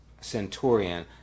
centurion